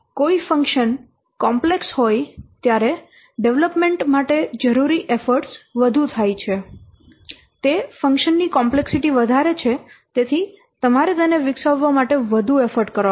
કોઈ function complex હોય ત્યારે ડેવલપમેન્ટ માટે જરૂરી એફર્ટ વધુ થાય છે તે ફંકશન ની કોમ્પ્લેક્સિટી વધારે છે તેથી તમારે તેને વિકસાવવા માટે વધુ એફર્ટ કરવો પડશે